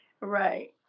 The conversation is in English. Right